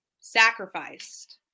sacrificed